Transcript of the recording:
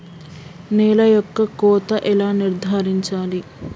నేల యొక్క కోత ఎలా నిర్ధారించాలి?